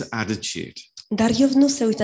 attitude